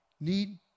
need